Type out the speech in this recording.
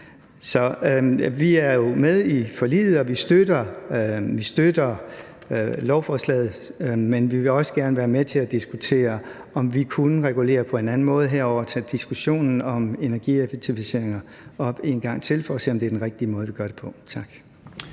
vi er med i forliget, og vi støtter lovforslaget, men vi vil også gerne være med til at diskutere, om vi kunne regulere på en anden måde, herunder tage diskussionen om energieffektiviseringer op en gang til for at se, om det er den rigtige måde, vi gør det på. Tak.